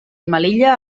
melilla